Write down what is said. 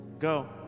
Go